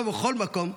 כמו בכל מקום,